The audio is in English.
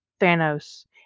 Thanos